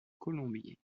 colombier